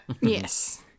Yes